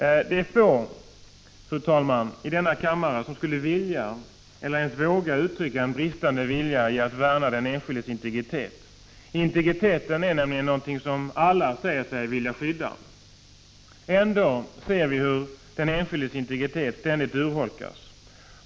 Det är få i denna kammare som skulle vilja eller ens våga uttrycka en bristande ambition att värna den enskildes integritet. Integriteten är nämligen något som alla säger sig vilja skydda. Ändå ser vi hur den enskildes integritet ständigt urholkas.